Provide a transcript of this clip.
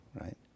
right